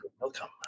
Welcome